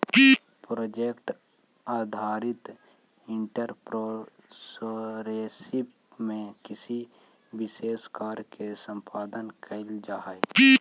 project आधारित entrepreneurship में किसी विशेष कार्य के संपादन कईल जाऽ हई